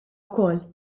wkoll